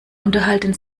unterhalten